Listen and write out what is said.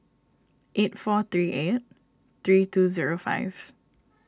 eight four three eight three two zero five